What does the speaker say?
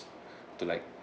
to like